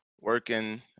working